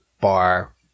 bar